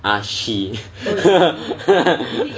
ah she